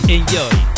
Enjoy